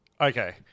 Okay